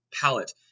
palette